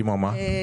כמו מה?